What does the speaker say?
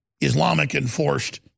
Islamic-enforced